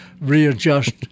readjust